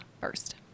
first